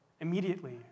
immediately